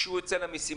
כשהוא יוצא למשימה.